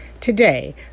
Today